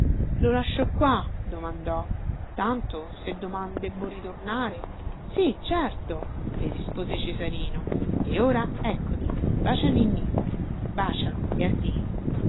lo lascio qua domandò tanto se doman debbo ritornare sì certo le rispose cesarino e ora eccoti bacia ninnì bacialo e addio